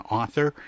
author